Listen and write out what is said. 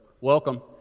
Welcome